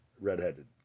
redheaded